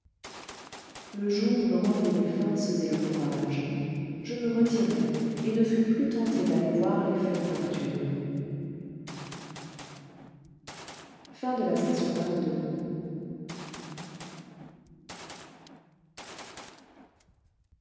le jour me rendit les forces et le courage je me retirai et ne fus plus tenté d'aller voir les fêtes nocturnes